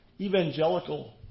evangelical